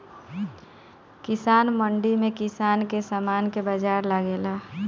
किसान मंडी में किसान कुल के समान के बाजार लगेला